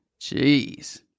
jeez